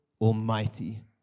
Almighty